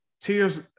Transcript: Tears